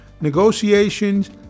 negotiations